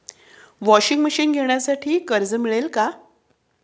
Washing machine घेण्यासाठी कर्ज मिळेल का?